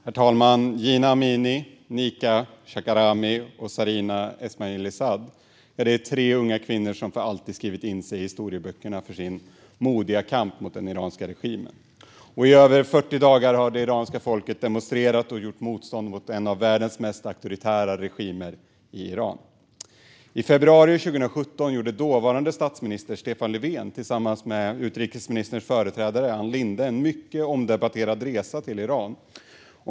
Herr talman! Jina Amini, Nika Shakarami och Sarina Esmailzadeh är tre unga kvinnor som för alltid har skrivit in sig i historieböckerna för sin modiga kamp mot den iranska regimen. I över 40 dagar har det iranska folket demonstrerat och gjort motstånd mot en av världens mest auktoritära regimer i Iran. I februari 2017 gjorde dåvarande statsminister Stefan Löfven tillsammans med utrikesministerns företrädare Ann Linde en mycket omdebatterad resa till Iran.